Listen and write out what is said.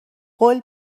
قول